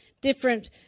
different